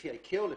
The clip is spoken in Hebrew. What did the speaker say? לפי ה-ICAO לפחות,